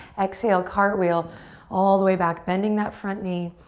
exhale, cartwheel all the way back, bending that front knee.